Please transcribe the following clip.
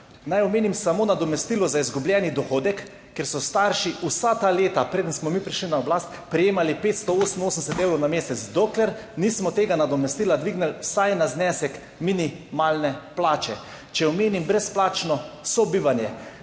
Naj omenim samo nadomestilo za izgubljeni dohodek, ker so starši vsa ta leta, preden smo mi prišli na oblast, prejemali 588 evrov na mesec, dokler nismo tega nadomestila dvignili vsaj na znesek minimalne plače. Če omenim brezplačno sobivanje.